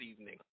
evening